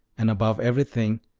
and, above everything,